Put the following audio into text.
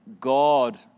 God